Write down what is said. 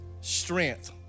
Strength